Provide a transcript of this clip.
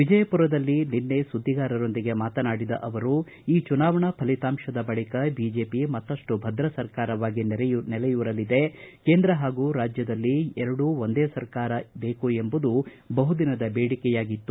ವಿಜಯಪುರದಲ್ಲಿ ನಿನ್ನೆ ಸುದ್ದಿಗಾರರೊಂದಿಗೆ ಮಾತನಾಡಿದ ಅವರು ಈ ಚುನಾವಣಾ ಫಲಿತಾಂಶದ ಬಳಕ ಬಿಜೆಪಿ ಮತ್ತಪ್ಪು ಭದ್ರ ಸರ್ಕಾರವಾಗಿ ನೆಲೆಯೂರಲಿದೆ ಕೇಂದ್ರ ಹಾಗೂ ರಾಜ್ಯದಲ್ಲಿ ಎರಡೂ ಒಂದೇ ಸರ್ಕಾರ ಬೇಕು ಎಂಬುದು ಬಹುದಿನದ ಬೇಡಿಕೆಯಾಗಿತ್ತು